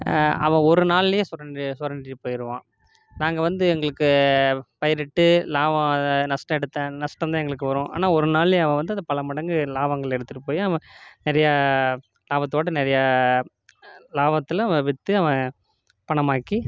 அவன் ஒரு நாளிலே சுரண்டி சுரண்டிட் போயிடுவான் நாங்கள் வந்து எங்களுக்கு பயிரிட்டு லாபம் நஷ்டம் எடுத்தன் நஷ்டந்தேன் எங்களுக்கு வரும் ஆனால் ஒரு நாளிலே அவன் வந்து அதை பல மடங்கு லாபங்கள் எடுத்துகிட்டு போய் அவன் நிறைய லாபத்தோடய நிறைய லாபத்தில் அவன் விற்று அவன் பணமாக்கி